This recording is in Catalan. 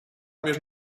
més